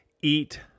eat